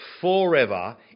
forever